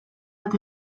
bat